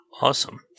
Awesome